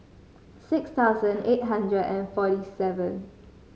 six thousand eight hundred and forty seven